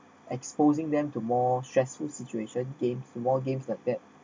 exposing them to more stressful situation games more games like that